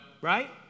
Right